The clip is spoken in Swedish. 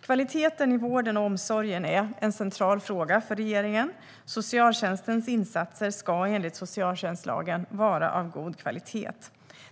Kvaliteten i vården och omsorgen är en central fråga för regeringen. Socialtjänstens insatser ska enligt socialtjänstlagen vara av god kvalitet.